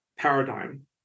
paradigm